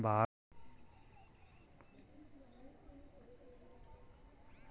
भारत मे घर घर मे जमैन खाएल जाइ छै